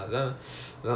mm mm